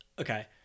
okay